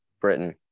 Britain